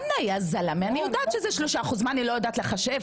את אומרת ש-70% עברו אישור למת"ק,